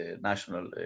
national